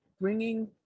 bringing